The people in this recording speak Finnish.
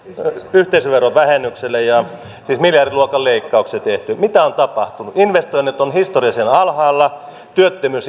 yhteisöveron vähennyksellä siis miljardiluokan leikkauksia tehty mitä on tapahtunut investoinnit ovat historiallisen alhaalla työttömyys